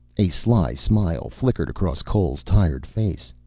a sly smile flickered across cole's tired face.